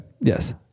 Yes